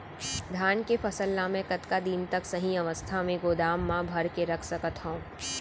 धान के फसल ला मै कतका दिन तक सही अवस्था में गोदाम मा भर के रख सकत हव?